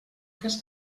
cas